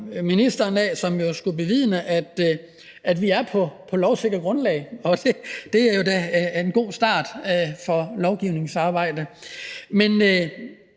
ministeren, som skulle godtgøre, at vi er på et lovsikkert grundlag. Det er jo da en god start for lovgivningsarbejdet. Men